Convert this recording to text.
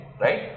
Right